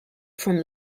from